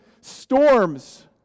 storms